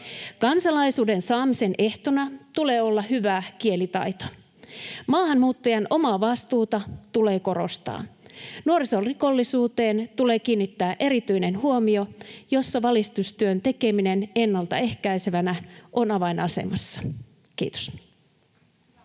Kansalaisuuden saamisen ehtona tulee olla hyvä kielitaito. Maahanmuuttajan omaa vastuuta tulee korostaa. Nuorisorikollisuuteen tulee kiinnittää erityinen huomio, jossa valistustyön tekeminen ennalta ehkäisevänä on avainasemassa. — Kiitos.